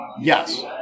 Yes